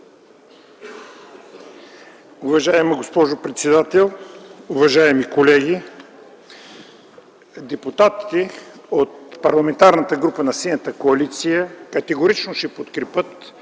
Уважаема госпожо председател, уважаеми колеги! Депутатите от Парламентарната група на Синята коалиция категорично ще подкрепят